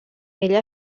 ella